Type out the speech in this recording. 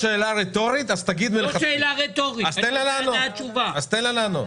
תן לה לענות.